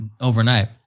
overnight